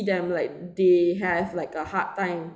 them like they have like a hard time